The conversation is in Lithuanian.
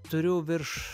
turiu virš